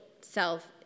self